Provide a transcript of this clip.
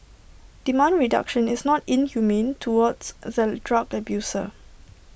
demand reduction is not inhumane towards the drug abuser